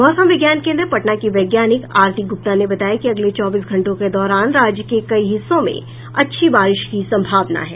मौसम विज्ञान केन्द्र पटना की वैज्ञानिक आरती गुप्ता ने बताया कि अगले चौबीस घंटों के दौरान राज्य के कई हिस्सों में अच्छी बारिश की संभावना है